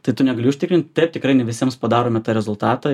tai tu negali užtikrint taip tikrai ne visiems padarome tą rezultatą